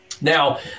Now